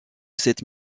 cette